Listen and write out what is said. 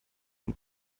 von